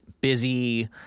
busy